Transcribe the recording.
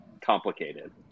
complicated